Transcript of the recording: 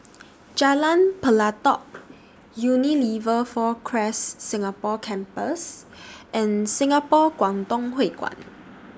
Jalan Pelatok Unilever four Acres Singapore Campus and Singapore Kwangtung Hui Kuan